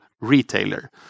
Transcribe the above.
retailer